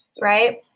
Right